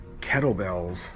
Kettlebells